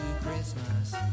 Christmas